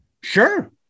sure